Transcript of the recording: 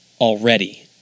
already